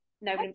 no